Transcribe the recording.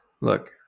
Look